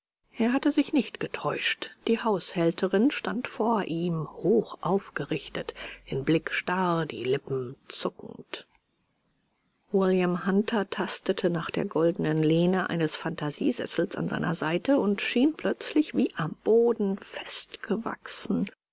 er hatte sich nicht getäuscht die hausherrin stand vor ihm hochaufgerichtet den blick starr die lippen zuckend william hunter tastete nach der goldenen lehne eines phantasiesessels an seiner seite und schien plötzlich wie am boden festgewachsen